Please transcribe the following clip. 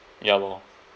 ya lor